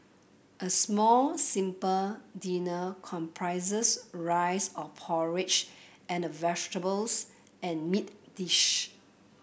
a small simple dinner comprising rice or porridge and a vegetables and meat dish